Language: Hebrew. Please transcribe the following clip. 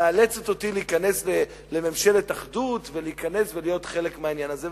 שמאלצת אותי להיכנס לממשלת אחדות ולהיות חלק מהעניין הזה.